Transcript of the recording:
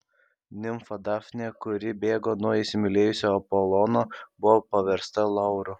nimfa dafnė kuri bėgo nuo įsimylėjusio apolono buvo paversta lauru